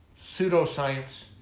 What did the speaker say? pseudoscience